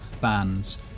bands